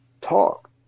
talk